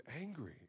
angry